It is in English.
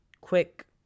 quick